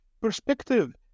perspective